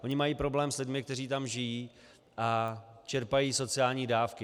Oni mají problém s lidmi, kteří tam žijí a čerpají sociální dávky.